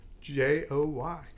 j-o-y